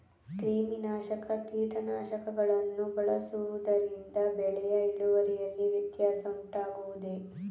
ಕ್ರಿಮಿನಾಶಕ ಕೀಟನಾಶಕಗಳನ್ನು ಬಳಸುವುದರಿಂದ ಬೆಳೆಯ ಇಳುವರಿಯಲ್ಲಿ ವ್ಯತ್ಯಾಸ ಉಂಟಾಗುವುದೇ?